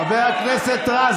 חבר הכנסת רז,